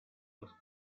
los